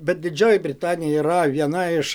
bet didžioji britanija yra viena iš